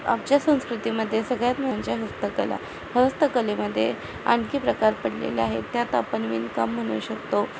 आमच्या संस्कृतीमध्ये सगळ्यात म्हणजे हस्तकला हस्तकलेमध्ये आणखी प्रकार पडलेले आहेत त्यात आपण विणकाम म्हणू शकतो